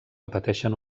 repeteixen